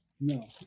No